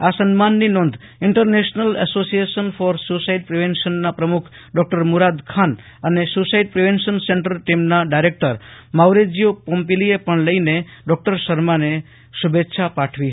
આ સન્માનની નોંધ ઈન્ટરનેશનલ એસોસિયેશન ફોર સ્યુસાઈડ પ્રીવેન્શનના પ્રમુખ ડોક્ટર મુરાદ ખાન અને સ્યુસાઈડ પ્રીવેન્શન સેન્ટર ટીમના ડાયરેક્ટર માઉરેજીઓ પોમ્પીલીએ પણ લઈને ડોક્ટર શર્માને શુભેચ્છા પાઠવી હતી